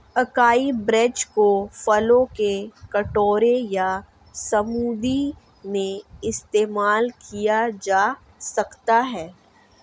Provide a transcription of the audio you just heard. acai berries को फलों के कटोरे या स्मूदी में इस्तेमाल किया जा सकता है